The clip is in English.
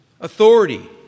Authority